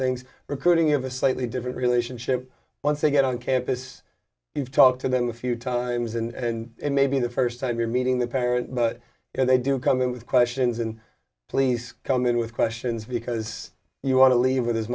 things recruiting of a slightly different relationship once they get on campus we've talked to them a few times and it may be the first time we're meeting the parent but they do come in with questions and police come in with questions because you want to leave with as